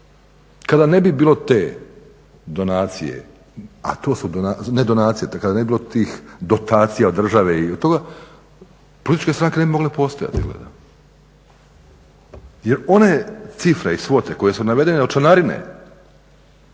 Kada ne bi bilo te donacije, a kada ne bi bilo tih dotacija od države i od toga političke stranke ne bi mogle postojati jer one cifre i svote koje su navedene od članarine,